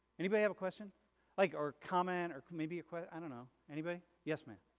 anybody have a question like or comment or maybe a quit i don't know anybody? yes man.